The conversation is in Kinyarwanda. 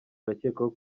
arakekwaho